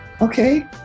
Okay